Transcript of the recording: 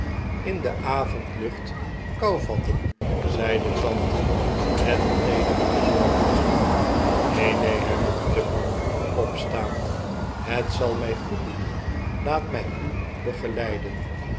in de avondlucht kou vatten zei de tante met een teedere bezdrgdheid neen neen hernam tupman opstaand het zal mij goed doen laat mi a begeleiden